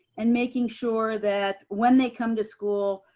and making sure that when they come to school,